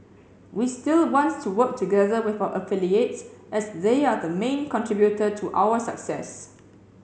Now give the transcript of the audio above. we still wants to work together with our affiliates as they are the main contributor to our success